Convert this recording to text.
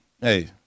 hey